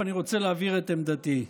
אני רוצה להבהיר את עמדתי.